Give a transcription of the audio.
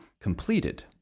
completed